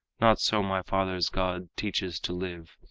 not so my father's god teaches to live.